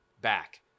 back